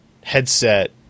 headset